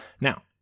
Now